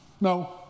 No